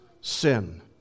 sin